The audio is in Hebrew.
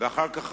ואחר כך,